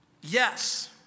Yes